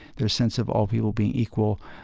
their sense of all people being equal,